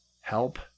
Help